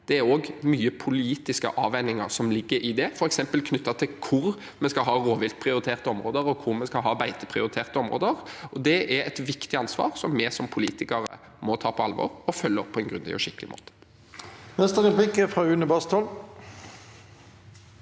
Det er også mange politiske avveininger som ligger i det, f.eks. knyttet til hvor vi skal ha rovviltprioriterte områder, og hvor vi skal ha beiteprioriterte områder. Det er et viktig ansvar som vi som politikere må ta på alvor og følge opp på en grundig og skikkelig måte.